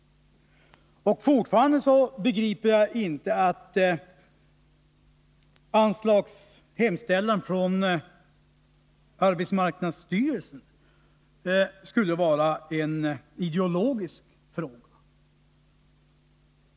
Fortfarande begriper jag inte att anslagsframställningen från arbetsmarknadsstyrelsen skulle vara en ideologisk fråga.